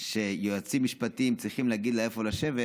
שיועצים משפטיים צריכים להגיד לה איפה לשבת,